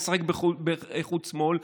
משחק בחוט שמאל.